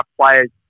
players